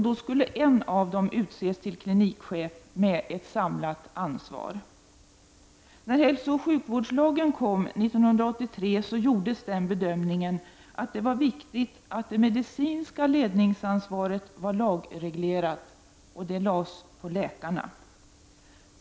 Då skulle en av dem utses till klinikchef med ett samlat ansvar. När hälsooch sjukvårdslagen kom till 1983, gjordes den bedömningen att det var viktigt att det medicinska ledningsansvaret var lagreglerat, och det lades på läkarna.